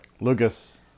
Lucas